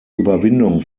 überwindung